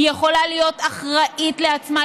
היא יכולה להיות אחראית לעצמה.